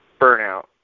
burnout